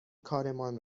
کارمان